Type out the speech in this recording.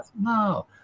No